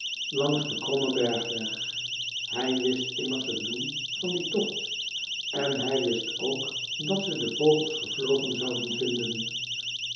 langs den krommen bergweg hij wist immers het doel van dien tocht en hij wist ook dat ze de vogels gevlogen zouden vinden